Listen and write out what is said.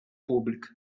pública